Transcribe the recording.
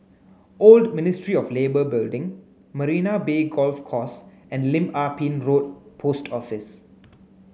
Old Ministry of Labour Building Marina Bay Golf Course and Lim Ah Pin Road Post Office